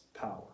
power